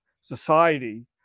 society